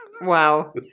Wow